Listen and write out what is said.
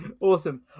Awesome